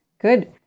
Good